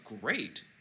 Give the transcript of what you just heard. great